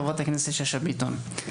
חברת הכנסת שאשא ביטון,